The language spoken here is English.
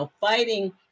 fighting